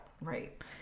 Right